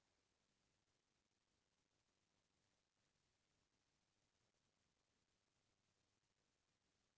कोन कोन स्वास्थ्य बीमा हवे, मोर बर कोन वाले स्वास्थ बीमा बने होही बताव?